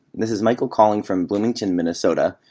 this is michael calling from bloomington, minn, so but